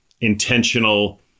intentional